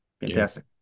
Fantastic